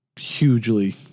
hugely